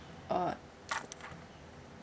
or